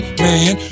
man